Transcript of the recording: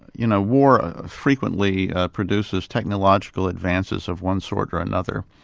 you know, war frequently produces technological advances of one sort or another,